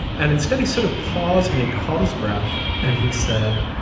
and instead he sort of paused and he caught his breath and he said,